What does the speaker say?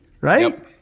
right